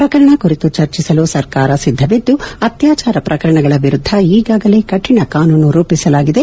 ಪ್ರಕರಣ ಕುರಿತು ಚರ್ಜಿಸಲು ಸರ್ಕಾರ ಸಿದ್ಧವಿದ್ದು ಅತ್ಯಾಚಾರ ಪ್ರಕರಣಗಳ ವಿರುದ್ಧ ಈಗಾಗಲೇ ಕಠಿಣ ಕಾನೂನು ರೂಪಿಸಲಾಗಿದೆ